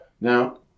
Now